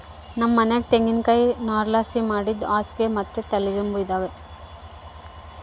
ನಮ್ ಮನ್ಯಾಗ ತೆಂಗಿನಕಾಯಿ ನಾರ್ಲಾಸಿ ಮಾಡಿದ್ ಹಾಸ್ಗೆ ಮತ್ತೆ ತಲಿಗಿಂಬು ಅದಾವ